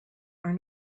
are